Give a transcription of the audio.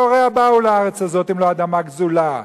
הוריה באו לארץ הזאת אם לא אדמה גזולה?